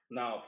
Now